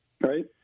Right